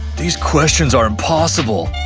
these questions are impossible!